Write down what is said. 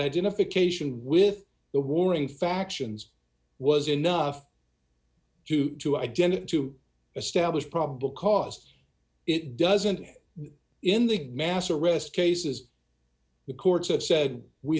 identification with the warring factions was enough to to identify to establish probable cause it doesn't in the mass arrest cases the courts have said we